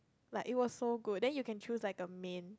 like it was so good then you can choose like a main